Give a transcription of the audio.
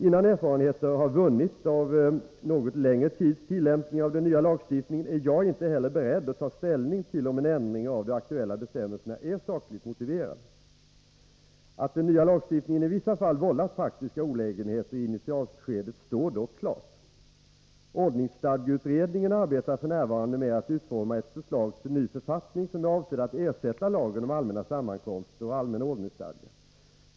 Innan erfarenheter har vunnits av en något längre tids tillämpning av den nya lagstiftningen, är jag inte heller beredd att ta ställning, till om en ändring av de aktuella bestämmelserna är sakligt motiverad. Att den nya lagstiftningen i vissa fall vållat praktiska olägenheter i initialskedet står dock klart. Ordningsstadgeutredningen arbetar f. n. med att utforma ett förslag till ny författning, som är avsedd att ersätta lagen om allmänna sammankomster och allmänna ordningsstadgan .